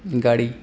گاڑی